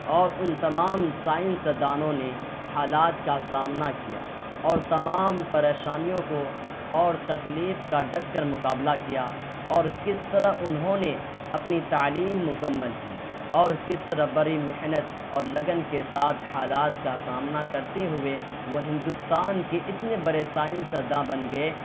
اور ان تمام سائنس دانوں نے حالات کا سامنا کیا اور تمام پریشانیوں کو اور تکلیف کا ڈٹ کر مقابلہ کیا اور کس طرح انہوں نے اپنی تعلیم مکمل کی اور کس طرح بڑی محنت اور لگن کے ساتھ حالات کا سامنا کرتے ہوئے وہ ہندوستان کے اتنے بڑے سائنس داں بن گئے